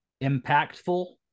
impactful